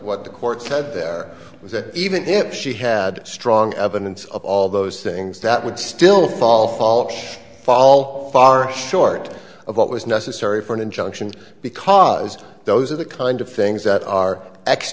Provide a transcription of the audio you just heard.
what the court said there was that even if she had strong evidence of all those things that would still fall fall fall far short of what was necessary for an injunction because those are the kind of things that are ex